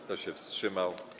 Kto się wstrzymał?